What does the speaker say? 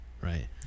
right